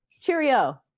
Cheerio